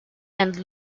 and